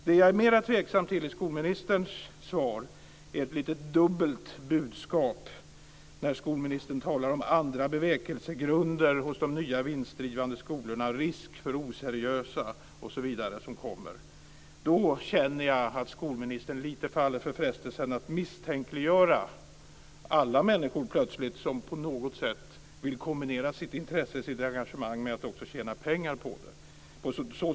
Det som jag är mera tveksam till i skolministerns svar är ett lite dubbelt budskap där hon talar om andra bevekelsegrunder hos de nya vinstdrivande skolorna och risk för oseriösa entreprenörer. Då känner jag att skolministern lite grann faller för frestelsen att plötsligt misstänkliggöra alla människor som på något sätt vill kombinera sitt intresse och engagemang med att också tjäna pengar på det.